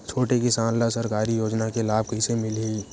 छोटे किसान ला सरकारी योजना के लाभ कइसे मिलही?